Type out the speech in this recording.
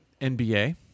NBA